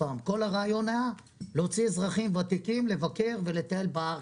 הרעיון היה להוציא אזרחים ותיקים לבקר ולטייל בארץ.